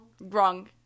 Wrong